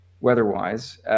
weather-wise